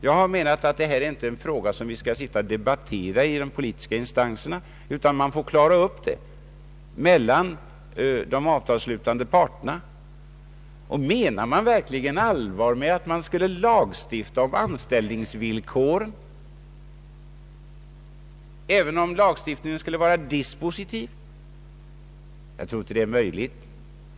Jag anser att detta inte är en fråga som vi skall debattera inom de politiska instanserna, utan de avtalsslutande parterna skall klara upp den. Menar man verkligen allvar med att man skulle lagstifta om anställningsvillkoren, även om lagstiftningen skulle vara dispositiv? Jag tror inte det är möjligt.